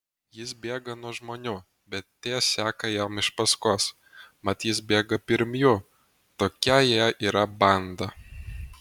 jis bėga nuo žmonių bet tie seka jam iš paskos mat jis bėga pirm jų tokia jie yra banda